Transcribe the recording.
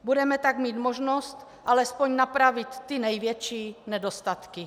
Budeme tak mít možnost alespoň napravit ty největší nedostatky.